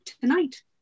tonight